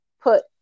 put